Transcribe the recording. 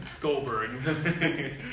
Goldberg